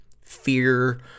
fear